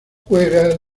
juega